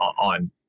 on